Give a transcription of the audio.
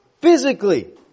Physically